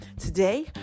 today